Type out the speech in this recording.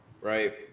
right